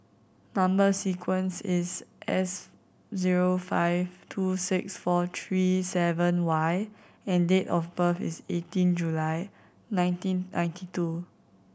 number sequence is S zero five two six four three seven Y and date of birth is eighteen July nineteen ninety two